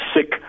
sick